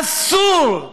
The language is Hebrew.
אסור,